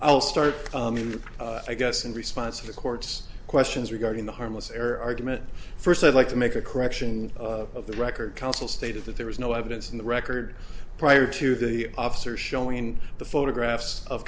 i'll start i guess in response of the court's questions regarding the harmless error argument first i'd like to make a correction of the record counsel stated that there was no evidence in the record prior to the officer showing the photographs of